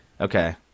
Okay